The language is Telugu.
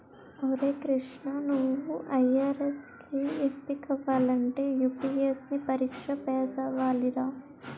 ఒరే కృష్ణా నువ్వు ఐ.ఆర్.ఎస్ కి ఎంపికవ్వాలంటే యూ.పి.ఎస్.సి పరీక్ష పేసవ్వాలిరా